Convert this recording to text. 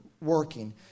working